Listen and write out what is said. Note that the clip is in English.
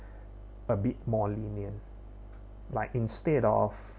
a bit more lenient like instead of